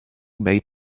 maid